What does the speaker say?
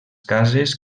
cases